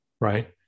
Right